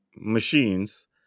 machines